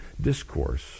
discourse